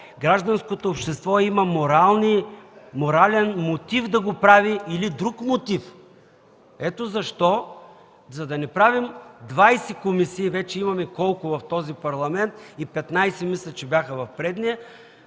гражданското общество има морален мотив да го прави или друг мотив? Ето защо, за да не правим двайсет комисии, вече имаме – колко, в този Парламент, и 15 мисля, че бяха в предния,